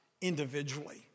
individually